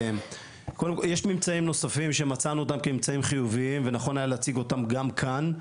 יש ממצאים נוספים שמצאנו אותם כחיוביים ונכון היה להציג אותם גם כאן.